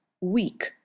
weak